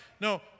no